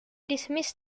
dismissed